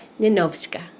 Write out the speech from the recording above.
Ninovska